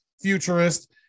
futurist